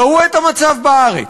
ראו את המצב בארץ: